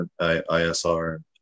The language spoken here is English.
ISR